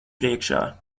priekšā